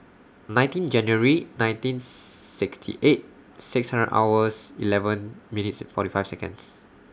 nineteen January nineteen sixty eight six hundred hours eleven minutes forty five Seconds